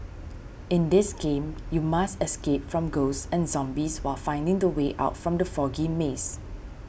in this game you must escape from ghosts and zombies while finding the way out from the foggy maze